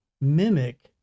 mimic